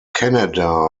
canada